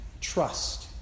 trust